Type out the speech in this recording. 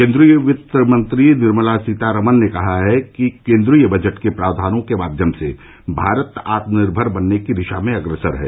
केन्द्रीय वित्तमंत्री निर्मला सीतारामन ने कहा है कि केन्द्रीय बजट के प्रावधानों के माध्यम से भारत आत्मनिर्भर बनने की दिशा में अग्रसर है